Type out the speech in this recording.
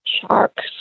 sharks